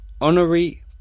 honorary